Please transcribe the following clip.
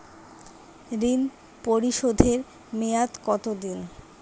ঋণ পরিশোধের মেয়াদ কত দিন?